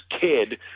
kid